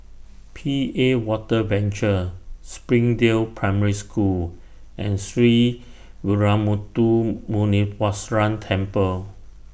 P A Water Venture Springdale Primary School and Sree Veeramuthu Muneeswaran Temple